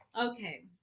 Okay